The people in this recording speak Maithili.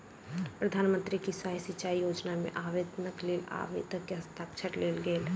प्रधान मंत्री कृषि सिचाई योजना मे आवेदनक लेल आवेदक के हस्ताक्षर लेल गेल